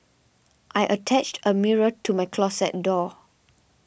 I attached a mirror to my closet door